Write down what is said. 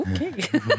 Okay